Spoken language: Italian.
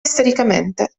istericamente